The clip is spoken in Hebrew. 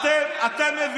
איזה בכיינים אתם.